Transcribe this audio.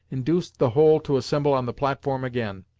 induced the whole to assemble on the platform again,